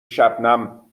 شبنم